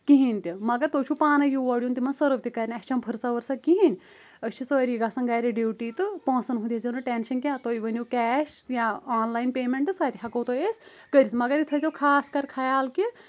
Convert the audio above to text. کہیٖنۍ تہِ مگر تُہۍ چھو پانے یور یُن تمن سٔرٕو تہِ کرنہِ اسہِ چھنہٕ فرست وٕرست کہیٖنۍ أسۍ چھِ سٲری گژھان گرِ ڈیوٹی تہٕ پۄنٛسن ہُنٛد ہے زیو نہٕ ٹیٚنشن کینٛہہ تُہۍ ؤنیو کیش یا آن لَایِن پیٚمنٹس سۄتہِ ہیٚکہو تۄہہِ أسۍ کٔرتھ مگر یہِ تھٲے زیو خاص کر خیال کہِ